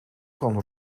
kan